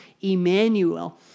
Emmanuel